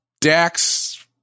Dax